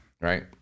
right